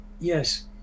yes